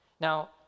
Now